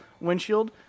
windshield